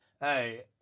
Hey